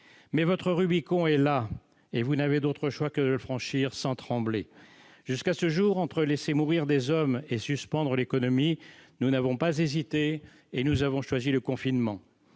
Mais votre Rubicon est là et vous n'avez d'autre choix que de le franchir sans trembler. Jusqu'à ce jour, entre laisser mourir des hommes et suspendre l'économie, nous n'avons pas hésité et nous avons choisi le confinement.